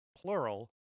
plural